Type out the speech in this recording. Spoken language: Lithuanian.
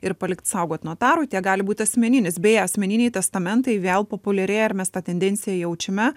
ir palikt saugot notarui tiek gali būt asmeninis beje asmeniniai testamentai vėl populiarėja ir mes tą tendenciją jaučiame